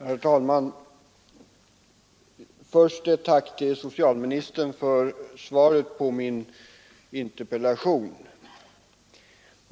Herr talman! Först ett tack till socialministern för svaret på min interpellation.